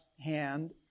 hand